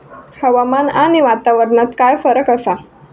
हवामान आणि वातावरणात काय फरक असा?